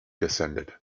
descended